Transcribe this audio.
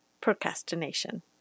procrastination